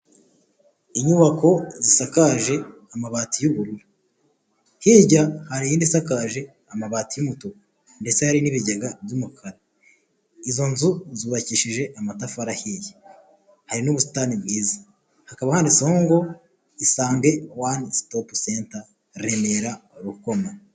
Inyubako zisakaje amabati y'ubururu, hirya hariyin isakaje amabati y'umutuku ndetse hari n'ibigega by'umukara. Izo nzu zubakishije amatafari ahiye, hari n'ubusitani bwiza. Hakaba handitseho ngo isange wani sitopu senta, Remera Rukoma.